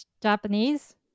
Japanese